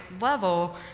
level